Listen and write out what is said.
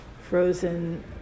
frozen